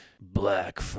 Black